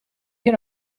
can